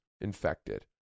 infected